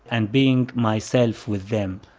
and being myself with them.